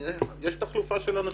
יש תחלופה של אנשים.